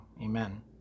Amen